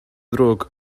ddrwg